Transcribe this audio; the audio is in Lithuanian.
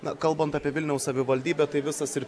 na kalbant apie vilniaus savivaldybę tai visas ir